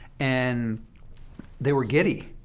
and they were giddy.